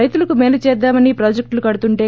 రైతులకు మేలు చేద్దామని ప్రాజెక్టులు కడుతుంటే